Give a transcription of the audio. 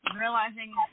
realizing